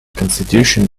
constitution